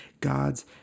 God's